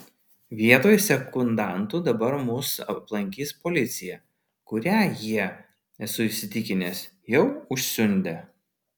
vietoj sekundantų dabar mus aplankys policija kurią jie esu įsitikinęs jau užsiundė